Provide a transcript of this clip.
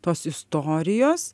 tos istorijos